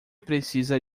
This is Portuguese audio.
precisa